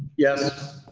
yes.